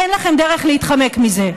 אין לכם דרך להתחמק מזה.